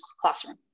classroom